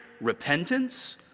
repentance